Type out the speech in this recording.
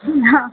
હા